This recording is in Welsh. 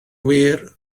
wir